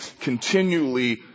continually